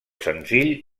senzill